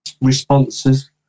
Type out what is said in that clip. responses